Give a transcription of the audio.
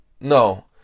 No